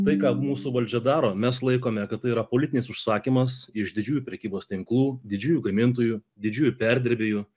tai ką mūsų valdžia daro mes laikome kad tai yra politinis užsakymas iš didžiųjų prekybos tinklų didžiųjų gamintojų didžiųjų perdirbėjų